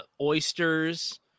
oysters